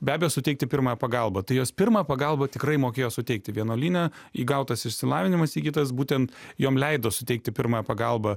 be abejo suteikti pirmąją pagalbą tai jos pirmą pagalbą tikrai mokėjo suteikti vienuolyne įgautas išsilavinimas įgytas būtent jom leido suteikti pirmąją pagalbą